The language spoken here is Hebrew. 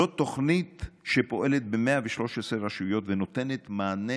זו תוכנית שפועלת ב-113 רשויות והיום נותנת מענה